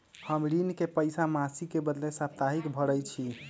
हम अपन ऋण के पइसा मासिक के बदले साप्ताहिके भरई छी